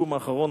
התרגום האחרון,